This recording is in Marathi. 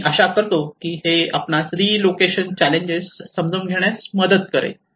मी आशा करतो की हे आपणास रीलोकेशन चॅलेंजेस समजून घेण्यात मदत करेल